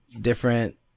different